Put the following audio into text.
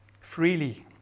Freely